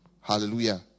Hallelujah